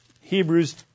Hebrews